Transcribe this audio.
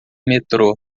metrô